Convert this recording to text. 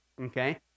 okay